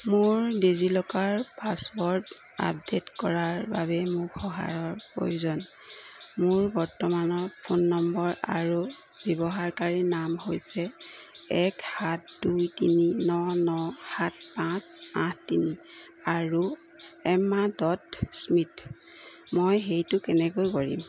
মোৰ DigiLocker password update কৰাৰ বাবে মোক সহায়ৰ প্ৰয়োজন মোৰ বৰ্তমানৰ ফোন নম্বৰ আৰু ব্যৱহাৰকাৰী নাম হৈছে এক সাত দুই তিনি ন ন সাত পাঁচ আঠ তিনি আৰু এম্মা স্মিথ মই সেইটো কেনেকৈ কৰিম